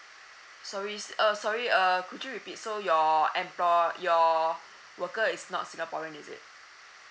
sorry s~ uh sorry err could you repeat so your employ~ your worker is not singaporean is it